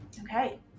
Okay